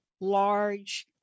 large